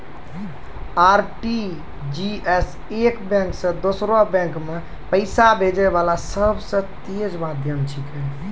RTGS एक bank से दोसरो बैंक मे पैसा भेजै वाला सबसे तेज माध्यम छिकै